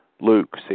Luke